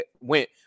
went